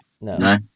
No